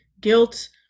guilt